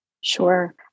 Sure